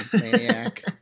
maniac